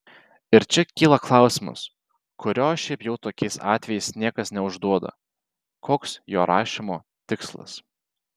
ir čia kyla klausimas kurio šiaip jau tokiais atvejais niekas neužduoda koks jo rašymo tikslas